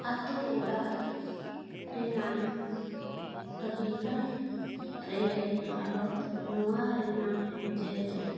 ᱟᱹᱛᱩ ᱚᱲᱟᱜ ᱨᱮᱱᱟᱝ ᱟᱹᱰᱤᱜᱟᱱ ᱨᱮᱸᱜᱮᱡ ᱦᱟᱞᱚᱛ ᱱᱚᱣᱟ ᱨᱮᱱᱟᱜ ᱚᱡᱮ ᱫᱚ